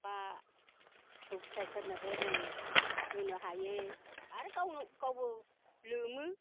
बा फिसौ फिथाइफोरनोबो जों होनो हायो आरो गावनो गावबो लोमो